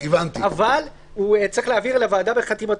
אבל הוא צריך להעביר אל הוועדה בחתימתו,